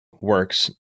works